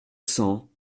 cents